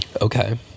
Okay